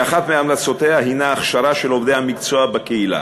ואחת מהמלצותיה הנה הכשרה של עובדי המקצוע בקהילה